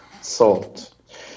salt